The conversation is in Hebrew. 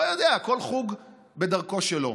לא יודע, כל חוג בדרכו שלו.